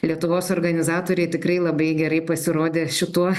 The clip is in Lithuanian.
lietuvos organizatoriai tikrai labai gerai pasirodė šituo